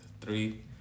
three